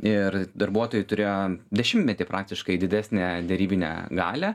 ir darbuotojai turėjo dešimtmetį praktiškai didesnę derybinę galią